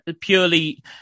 Purely